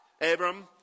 Abram